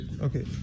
okay